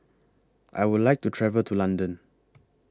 I Would like to travel to London